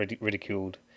ridiculed